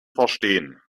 verstehen